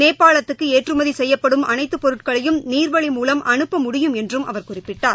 நேபாளத்துக்குஏற்றுமதிசெய்யப்படும் அனைத்துபொருட்களையும் நீர்வழி மூலம் அனுப்ப முடியும் என்றும் அவர் குறிப்பிட்டார்